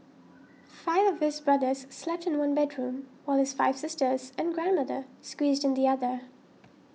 five of his brothers slept in one bedroom while his five sisters and grandmother squeezed in the other